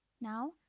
Now